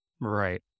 right